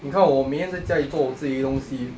你看我每天在家里做我自己的东西